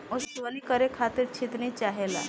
ओसवनी करे खातिर छितनी चाहेला